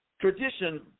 Tradition